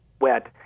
wet